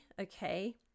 Okay